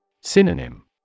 Synonym